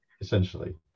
essentially